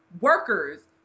workers